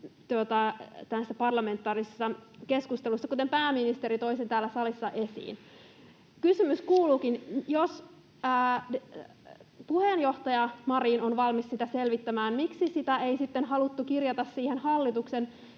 parlamentaarisessa keskustelussa, kuten pääministeri toi täällä salissa esiin. Kysymys kuuluukin, että jos puheenjohtaja Marin on valmis sitä selvittämään, niin miksi sitä ei sitten haluttu kirjata siihen hallituksen